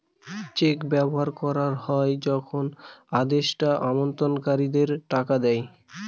check ব্যবহার করা হয় যখন আদেষ্টা আমানতকারীদের টাকা দেয়